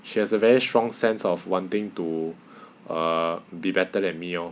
she has a very strong sense of wanting to uh be better than me lor